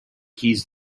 keys